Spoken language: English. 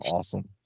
Awesome